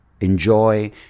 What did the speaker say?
enjoy